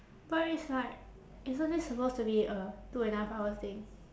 but it's like isn't this supposed to be a two and a half hour thing